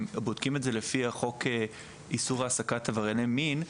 בודקים לפי חוק איסור העסקת עברייני מין,